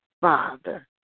Father